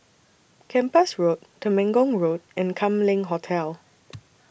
Kempas Road Temenggong Road and Kam Leng Hotel